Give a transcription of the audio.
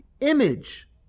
image